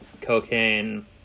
cocaine